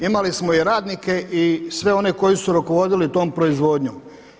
Imali smo i radnike i sve one koji su rukovodili tom proizvodnjom.